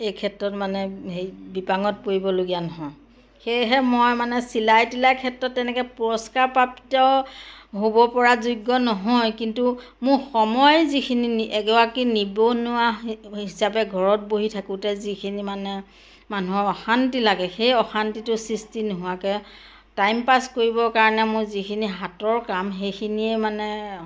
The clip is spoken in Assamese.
এই ক্ষেত্ৰত মানে হেৰি বিপাঙত পৰিবলগীয়া নহয় সেয়েহে মই মানে চিলাই তিলাইৰ ক্ষেত্ৰত তেনেকে পুৰস্কাৰ প্ৰাপ্ত হ'ব পৰা যোগ্য নহয় কিন্তু মোৰ সময়ে যিখিনি এগৰাকী নিবনুৱা হিচাপে ঘৰত বহি থাকোঁতে যিখিনি মানে মানুহৰ অশান্তি লাগে সেই অশান্তিটো সৃষ্টি নোহোৱাকে টাইম পাছ কৰিবৰ কাৰণে মোৰ যিখিনি হাতৰ কাম সেইখিনিয়ে মানে